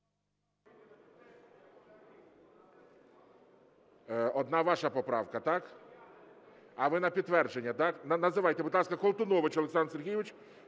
Одна ваша поправка, так? А ви на підтвердження, так? Називайте, будь ласка. Колтунович Олександр Сергійович.